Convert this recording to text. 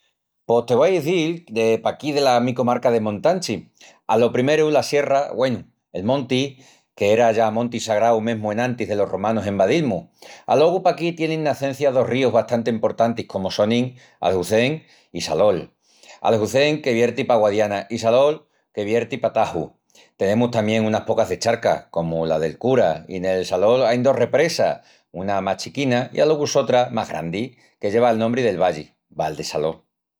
Pos te vó a izil de paquí dela mi comarca de Montanchi. Alo primeru, la sierra, güenu, el monti, que era ya monti sagrau mesmu enantis delos romanus envadil-mus. Alogu paquí tienin nacencia dos ríos bastanti emportantis comu sonin Aljuzén i Salol. Aljuzén que vierti pa Guadiana i Salol, que vierti pa Taju. Tenemus tamién unas pocas de charcas, comu la del Cura i nel Salol ain dos represas, una más chiquina i alogu sotra más grandi, que lleva el nombri del valli, Valdesalol.